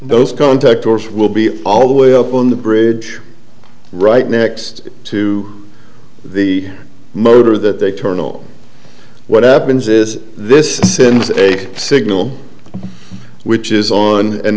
those contact orse will be all the way up on the bridge right next to the motor that they turn on what happens is this sends a signal which is on an